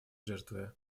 жертвы